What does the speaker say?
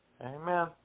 Amen